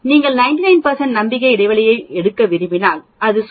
நீங்கள் 99 நம்பிக்கை இடைவெளியை எடுக்க விரும்பினால் அது சுமார் 2